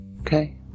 Okay